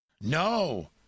No